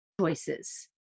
choices